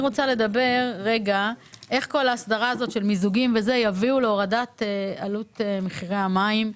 ולשאול איך כל ההסדרה של מיזוגים תביא להורדת עלות מחירי המים,